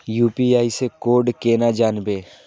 UPI से code केना जानवै?